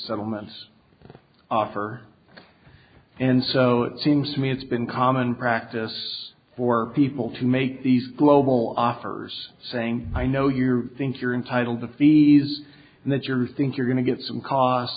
settlements offer and so it seems to me it's been common practice for people to make these global offers saying i know you think you're entitled to fees and that you're think you're going to get